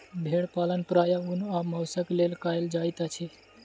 भेड़ पालन प्रायः ऊन आ मौंसक लेल कयल जाइत अछि